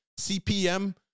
CPM